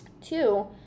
Two